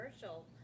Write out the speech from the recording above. commercial